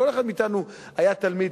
כל אחד מאתנו היה תלמיד,